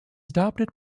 adopted